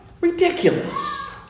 ridiculous